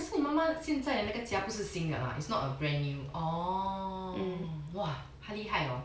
eh 可是你妈妈现在那个家不是新的 lah it's not a brand new oh !wah! 她厉害 hor